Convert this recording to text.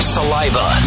Saliva